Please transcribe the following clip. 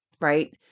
right